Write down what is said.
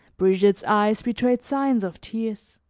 brigitte's eyes betrayed signs of tears.